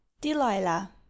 delilah